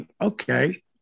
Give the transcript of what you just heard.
okay